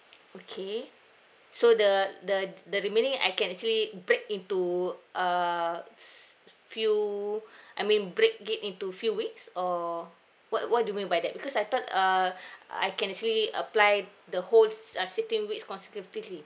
okay so the the the remaining I can actually break into uh s~ few I mean break it into few weeks or what what do you mean by that because I thought uh I can actually apply the whole uh sixteen weeks consecutively